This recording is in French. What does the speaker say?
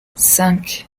cinq